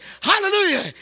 Hallelujah